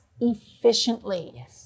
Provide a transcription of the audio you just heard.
efficiently